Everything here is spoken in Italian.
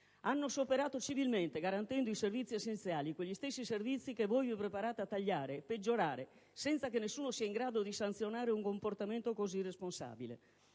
Hanno scioperato civilmente, garantendo i servizi essenziali, quegli stessi servizi che voi vi preparate a tagliare e a peggiorare, senza che nessuno sia in grado di sanzionare un comportamento così irresponsabile,